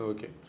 Okay